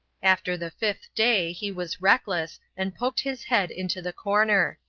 after the fifth day he was reckless, and poked his head into the corner.